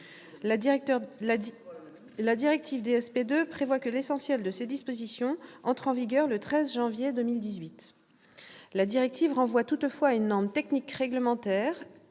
La directive DSP 2 prévoit que l'essentiel de ses dispositions entre en vigueur au 13 janvier 2018. La directive renvoie toutefois à une norme technique réglementaire,